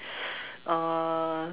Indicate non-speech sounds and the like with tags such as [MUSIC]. [NOISE] uh